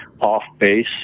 off-base